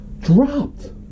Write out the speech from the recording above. dropped